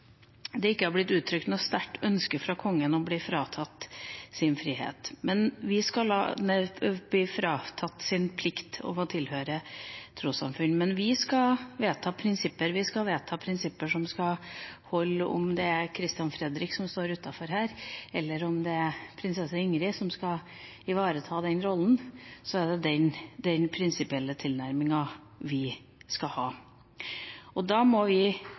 det ikke har blitt uttrykt noe sterkt ønske fra Kongen om å bli fratatt sin plikt til å tilhøre et trossamfunn, men vi skal vedta prinsipper, vi skal vedta prinsipper som skal holde. Om det er Christian Frederik som står utenfor her, eller om det er prinsesse Ingrid som skal ivareta den rollen, så er det den prinsipielle tilnærminga vi skal ha. Da må vi